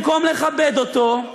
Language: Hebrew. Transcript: במקום לכבד אותו,